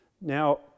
Now